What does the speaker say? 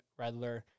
Redler